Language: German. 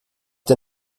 der